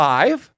Five